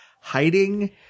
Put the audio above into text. hiding